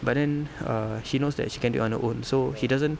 but then err she knows the she can do it on her own so she doesn't